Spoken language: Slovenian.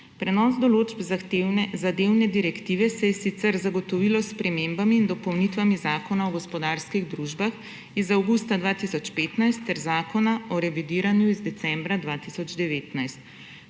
Prenos določb zadevne direktive se je sicer zagotovil s spremembami in dopolnitvami Zakona o gospodarskih družbah iz avgusta 2015 ter Zakona o revidiranju iz decembra 2019.